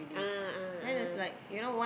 ah ah ah